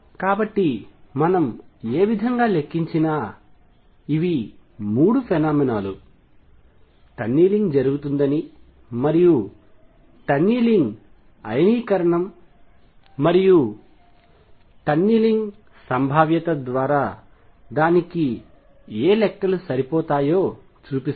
కాబట్టి మనం ఏవిధంగా లెక్కించినా ఇవి 3 ఫెనొమెనా లు టన్నలింగ్ జరుగుతుందని మరియు టన్నలింగ్ అయనీకరణం మరియు టన్నలింగ్ సంభావ్యత ద్వారా దానికి ఏ లెక్కలు సరిపోతాయో చూపిస్తుంది